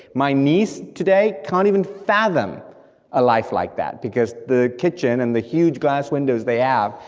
my niece today can't even fathom a life like that, because the kitchen, and the huge glass windows they have,